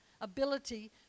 ability